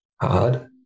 Hard